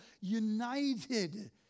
united